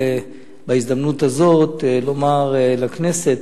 בהזדמנות הזאת אני רוצה לומר לכנסת